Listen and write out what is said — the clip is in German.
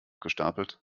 gestapelt